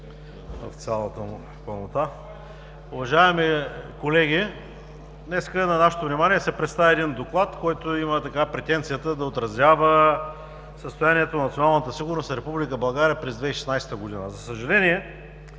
в цялата му пълнота.